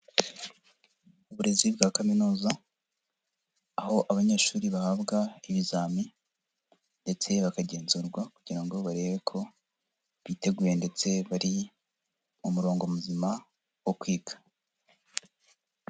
Uburezi bwa kaminuza, aho abanyeshuri bahabwa ibizami ndetse bakagenzurwa kugira ngo barebe ko biteguye ndetse bari mu murongo muzima wo kwiga.